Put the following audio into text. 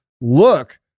look